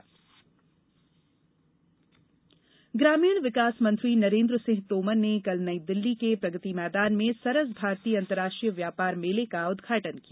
सरस मेला ग्रामीण विकास मंत्री नरेन्द्र सिंह तोमर ने कल नई दिल्ली के प्रगति मैदान में सरस भारतीय अतंरराष्ट्रीय व्यापार मेले का उद्घाटन किया